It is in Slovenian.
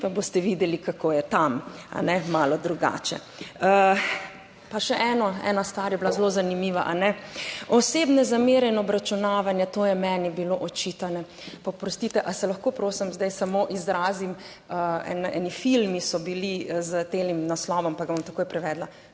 pa boste videli kako je tam malo drugače. Pa še eno, ena stvar je bila zelo zanimiva, osebne zamere in obračunavanja. To je meni bilo očitano, oprostite, ali se lahko prosim, zdaj samo izrazim. Eni filmi so bili s tem naslovom, pa ga bom takoj prevedla,